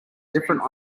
different